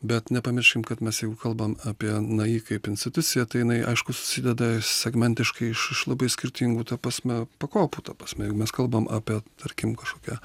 bet nepamirškim kad mes jeigu kalbam apie ni kaip instituciją tai jinai aišku susideda segmentiškai iš labai skirtingų ta prasme pakopų ta prasme jeigu mes kalbam apie tarkim kažkokią